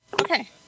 okay